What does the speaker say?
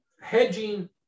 hedging